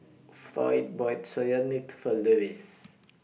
Floyd bought Soya Milk For Louis